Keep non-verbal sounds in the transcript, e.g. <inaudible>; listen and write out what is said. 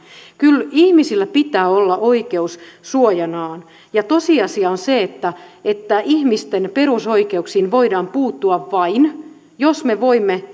kyllä ihmisillä pitää olla oikeus suojanaan ja tosiasia on se että että ihmisten perusoikeuksiin voidaan puuttua vain jos me voimme <unintelligible>